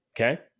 Okay